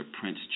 Prince